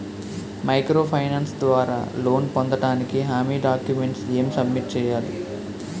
Micro finance ద్వారా loan పొందటానికి హామీ డాక్యుమెంట్స్ ఎం సబ్మిట్ చేయాలి?